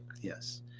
yes